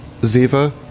ziva